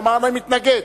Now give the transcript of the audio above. לומר: אני מתנגד,